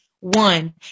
one